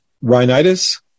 rhinitis